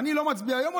אני לא מצביעה היום.